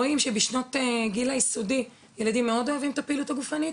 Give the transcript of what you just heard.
רואים שבשנות גיל היסודי ילדים מאוד אוהבים את הפעילות הגופנית,